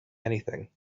anything